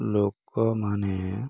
ଲୋକମାନେ